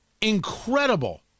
Incredible